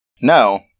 No